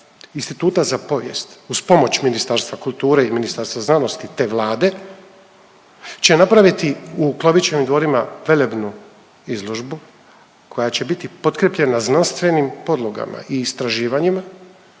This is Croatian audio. Instituta za povijest uz pomoć Ministarstva kulture i Ministarstva znanosti te Vlade će napraviti u Klovićevim dvorima velebnu izložbu koja će biti potkrijepljena znanstvenim podlogama i istraživanjima